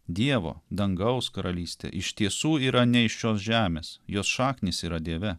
dievo dangaus karalystė iš tiesų yra ne iš šios žemės jos šaknys yra dieve